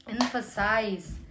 emphasize